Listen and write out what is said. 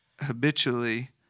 habitually